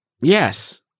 Yes